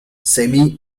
semi